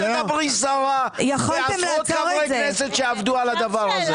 אל תדברי סרה בעשרות חברי כנסת שעבדו על הדבר הזה.